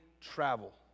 travel